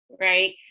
Right